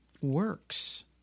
Works